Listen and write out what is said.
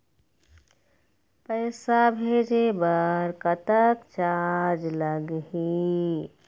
पैसा भेजे बर कतक चार्ज लगही?